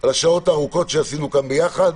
על השעות הארוכות שעשינו כאן ביחד.